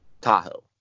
Tahoe